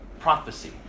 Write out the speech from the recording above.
Prophecy